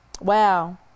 Wow